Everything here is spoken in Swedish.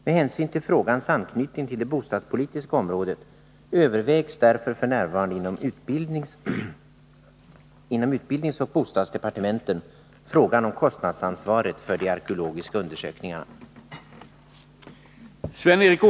Med hänsyn till frågans anknytning till det bostadspolitiska området övervägs därför f. n. inom utbildningsoch bostadsdepartementen frågan om kostnadsansvaret för de arkeologiska undersökningarna.